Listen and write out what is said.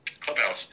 Clubhouse